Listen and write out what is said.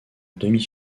demi